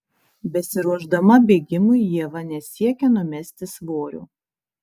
besiruošdama bėgimui ieva nesiekia numesti svorio